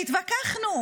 והתווכחנו,